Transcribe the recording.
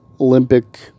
Olympic